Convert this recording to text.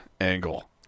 angle